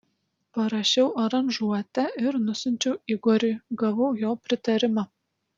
parašiau aranžuotę ir nusiunčiau igoriui gavau jo pritarimą